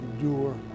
endure